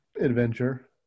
adventure